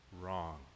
Wrong